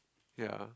ya